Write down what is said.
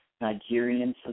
Nigerian